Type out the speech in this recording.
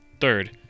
Third